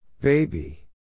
Baby